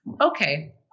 Okay